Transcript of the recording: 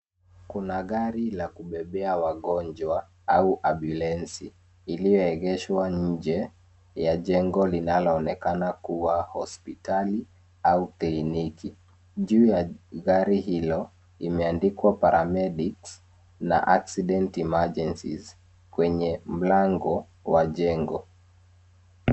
Kuna gari la kubebea wagonjwa, au ambulensi, iliyoegeshwa nje, ya jengo linaloonekana kuwa hospitali au kliniki. Juu ya gari hilo, imeandikwa paramedics , na accident emergencies , kwenye mlango wa jengo.